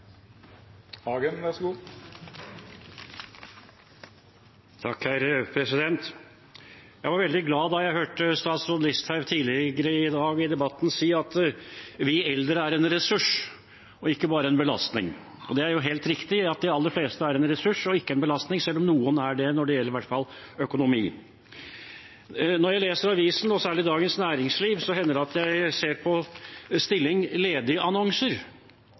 tidligere i debatten i dag si at vi eldre er en ressurs og ikke bare en belastning. Det er helt riktig at de aller fleste er en ressurs og ikke en belastning, selv om noen er det, i hvert fall når det gjelder økonomi. Når jeg leser avisen, og særlig Dagens Næringsliv, hender det at jeg ser på stilling-ledig-annonser. Det er jo sjelden noe som egentlig passer, men forleden dag var det faktisk en stilling ledig